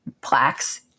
plaques